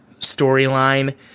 storyline